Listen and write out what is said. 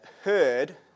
heard